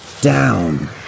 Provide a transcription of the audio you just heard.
down